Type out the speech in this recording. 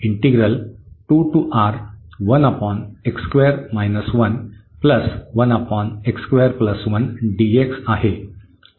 तर आपल्याकडे आहे